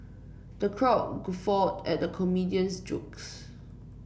the crowd guffawed at the comedian's jokes